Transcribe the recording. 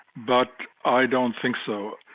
but i don't think so,